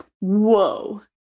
whoa